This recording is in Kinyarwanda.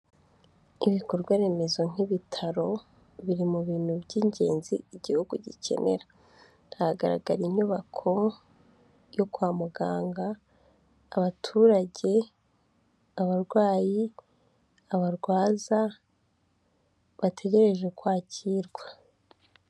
Ibikorwa remezo nk'ibitaro biri mu bintu by'ingenzi igihugu gikenera, haragaragara inyubako yo kwa muganga, abaturage, abarwayi, abarwaza bategereje kwakirwa.